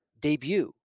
debut